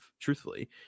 Truthfully